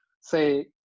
Say